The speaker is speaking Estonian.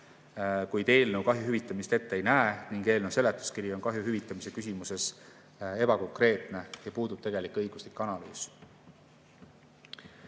kuid eelnõu kahju hüvitamist ette ei näe ning eelnõu seletuskiri on kahju hüvitamise küsimuses ebakonkreetne ja puudub tegelik õiguslik analüüs.